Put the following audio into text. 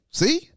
see